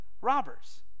robbers